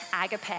agape